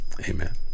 Amen